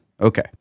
Okay